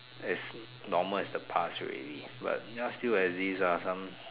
as normal as the past already but now still exist ah some